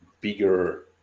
bigger